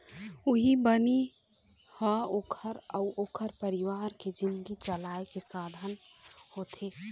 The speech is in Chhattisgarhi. उहीं बनी ह ओखर अउ ओखर परिवार के जिनगी चलाए के साधन होथे